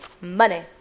money